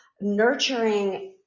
nurturing